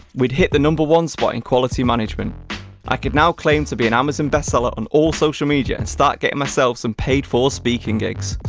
we'd hit the one spot in quality management i could now claim to be an amazon best-seller on all social media, and start getting myself some paid for speaking gigs.